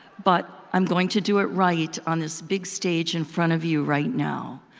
but i'm going to do it right on this big stage in front of you right now.